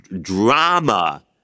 drama